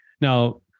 Now